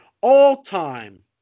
all-time